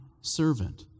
servant